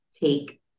take